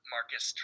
Marcus